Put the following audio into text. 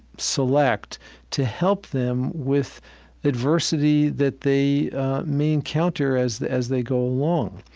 select to help them with adversity that they may encounter as as they go along.